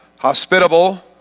hospitable